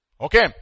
Okay